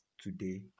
Today